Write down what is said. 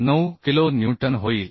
9 kilonewton होईल